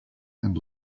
and